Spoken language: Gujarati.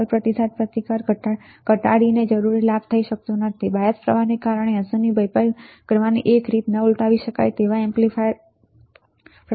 Bul પ્રતિસાદ પ્રતિકાર ઘટાડીને જરૂરી લાભ થઈ શકતો નથી બાયસ પ્રવાહને કારણે અસરની ભરપાઈ કરવાની એક રીત ના ઉલટાવી શકાય પર પ્રતિકારનો ઉપયોગ કરીને છે